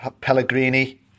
Pellegrini